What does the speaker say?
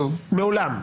מעולם.